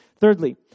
Thirdly